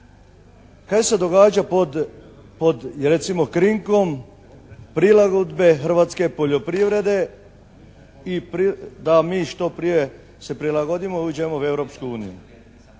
kaj se događa pod recimo krinkom prilagodbe hrvatske poljoprivrede i da mi što prije se prilagodimo i uđemo u Europsku uniju?